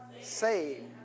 Saved